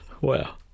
Wow